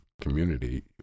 community